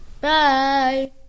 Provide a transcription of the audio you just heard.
Bye